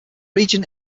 region